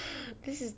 this is